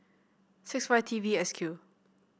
six five T V S Q